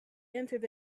entered